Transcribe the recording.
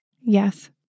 Yes